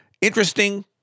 Interesting